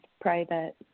private